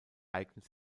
eignet